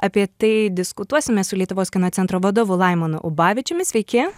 apie tai diskutuosime su lietuvos kino centro vadovu laimonu ubavičiumi sveiki